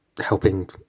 helping